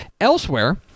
Elsewhere